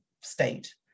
state